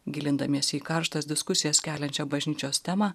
gilindamiesi į karštas diskusijas keliančią bažnyčios temą